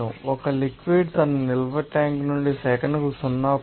ఒక లిక్విడ్ ం తన నిల్వ ట్యాంక్ నుండి సెకనుకు 0